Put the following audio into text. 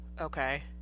Okay